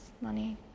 money